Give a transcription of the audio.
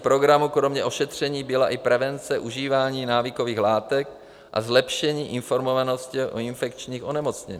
Součástí programu kromě ošetření byla i prevence užívání návykových látek a zlepšení informovanosti o infekčních onemocněních.